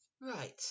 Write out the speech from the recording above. Right